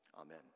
Amen